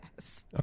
Yes